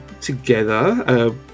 together